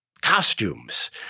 costumes